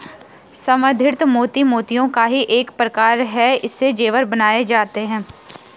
संवर्धित मोती मोतियों का ही एक प्रकार है इससे जेवर बनाए जाते हैं